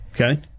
Okay